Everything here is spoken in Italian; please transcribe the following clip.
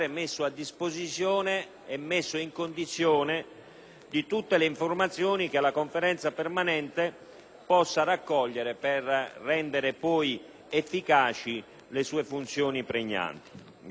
tutte le informazioni che la Conferenza permanente possa raccogliere per rendere efficaci le sue funzioni pregnanti.